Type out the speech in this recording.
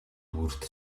бүрд